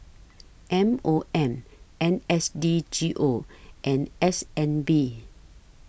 M O M N S D G O and S N B